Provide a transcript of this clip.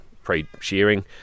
pre-shearing